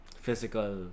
physical